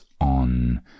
on